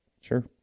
Sure